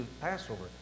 Passover